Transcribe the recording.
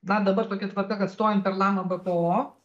na dabar tokia tvarka kad stojant per lama bpo